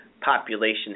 population